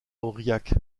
aurillac